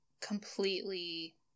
completely